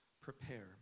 prepare